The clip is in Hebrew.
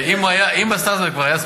ואם הסטארט-אפ כבר היה,